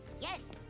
Yes